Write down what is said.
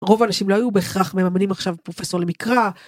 רוב האנשים לא היו בהכרח מממנים עכשיו פרופסור למקרא.